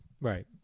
Right